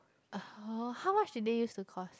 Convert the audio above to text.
uh how much did that they used to cost